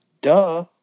duh